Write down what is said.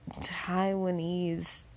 Taiwanese